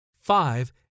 Five